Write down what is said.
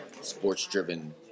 sports-driven